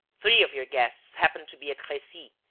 three of your guests happened to be at crecy,